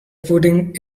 pudding